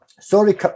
Sorry